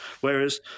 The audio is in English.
Whereas